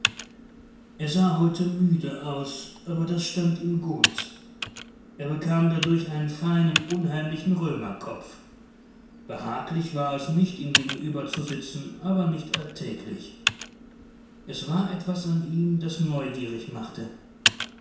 er sah heute müde aus aber das stand ihm gut er bekam dadurch einen fein unheimlichen römerkopf behaglich war es nicht ihm gegenüberzusitzen aber nicht alltäglich es war etwas an ihm das neugierig machte